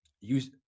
use